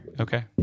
Okay